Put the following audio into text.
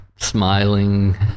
smiling